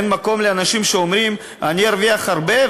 אין מקום לאנשים שאומרים: אני ארוויח הרבה,